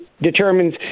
determines